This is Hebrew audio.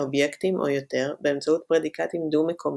אובייקטים או יותר באמצעות פרדיקטים דו-מקומיים,